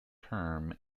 term